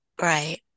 Right